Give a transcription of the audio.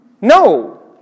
No